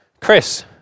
Chris